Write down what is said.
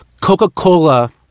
Coca-Cola